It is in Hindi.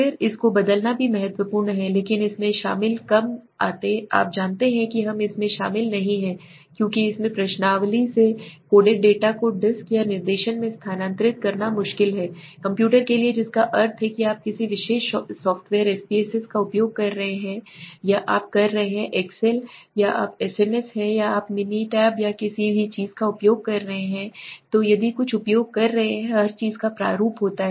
फिर इसको बदलना भी महत्वपूर्ण है लेकिन इसमें शामिल कम आप जानते हैं कि हम इसमें शामिल नहीं हैं क्योंकि इसमें प्रश्नावली से कोडित डेटा को डिस्क या निर्देशन में स्थानांतरित करना शामिल है कंप्यूटर के लिए जिसका अर्थ है कि आप किसी विशेष सॉफ़्टवेयर SPSS का उपयोग कर रहे हैं या आप कर रहे हैं एक्सेल या आप एसएएस हैं या आप मिनिटैब या किसी भी चीज का उपयोग कर रहे हैं तो यदि कुछ उपयोग कर रहे हैं हर चीज का प्रारूप होता है